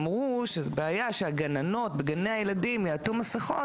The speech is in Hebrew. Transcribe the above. אמרו שזו בעיה שהגננות בגני הילדים יעטו מסכות,